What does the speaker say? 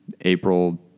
April